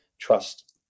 trust